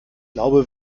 glaube